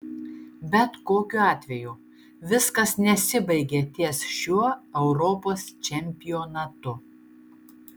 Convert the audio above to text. bet kokiu atveju viskas nesibaigia ties šiuo europos čempionatu